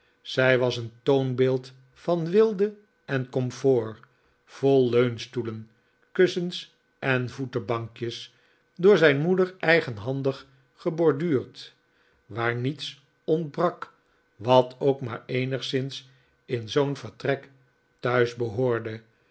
zij was een toonbeeld van weelde en comfort vol leunstoelen kussens en voetenbankjes door zijn moeder eigenhandig geborduurd waar niets ontbrak wat ook maar eenigszins in zoo'n vertrek thuis behoorde